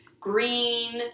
green